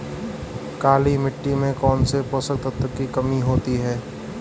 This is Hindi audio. काली मिट्टी में कौनसे पोषक तत्वों की कमी होती है?